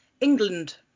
England